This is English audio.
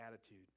attitude